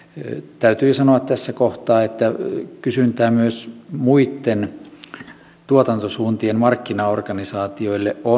ja täytyy sanoa tässä kohtaa että kysyntää myös muitten tuotantosuuntien markkinaorganisaatioille on